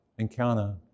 encounter